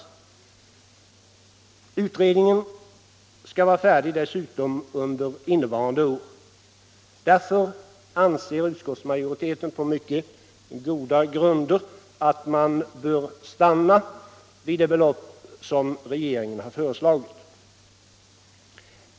Utredningen skall vara färdig under innevarande år, och därför anser utskottsmajoriteten på mycket goda grunder att vi bör stanna vid det belopp som regeringen har föreslagit.